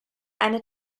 eine